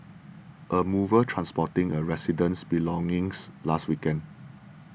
a mover transporting a resident's belongings last weekend